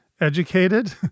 Educated